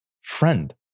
friend